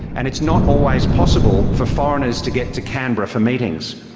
and it's not always possible for foreigners to get to canberra for meetings.